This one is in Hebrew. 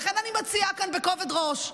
לכן אני מציעה כאן בכובד ראש,